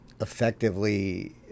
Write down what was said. effectively